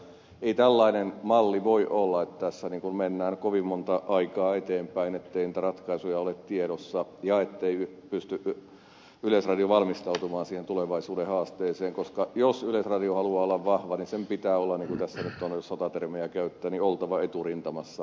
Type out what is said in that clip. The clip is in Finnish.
ei tällainen malli voi olla että tässä mennään kovin monta aikaa eteenpäin ettei niitä ratkaisuja ole tiedossa ja ettei yleisradio pysty valmistautumaan siihen tulevaisuuden haasteeseen koska jos yleisradio haluaa olla vahva sen pitää olla jos tässä nyt sotatermiä käyttää eturintamassa tekniikan kehittymisessä